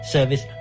Service